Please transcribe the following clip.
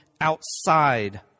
outside